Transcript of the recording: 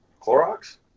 clorox